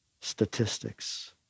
statistics